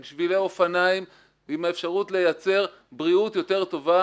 עם שבילי אופניים ועם האפשרות לייצר בריאות יותר טובה